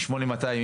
ב-8200,